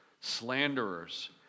slanderers